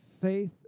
faith